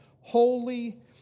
holy